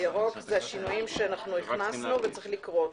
בירוק זה השינויים שאנחנו הכנסנו וצריך לקרוא אותם.